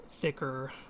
thicker